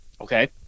Okay